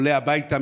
עולה הביתה,